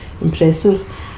impressive